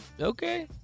Okay